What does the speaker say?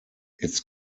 its